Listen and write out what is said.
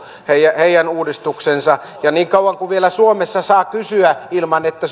heidän uudistuksensa ja niin kauan kuin vielä suomessa saa kysyä ilman että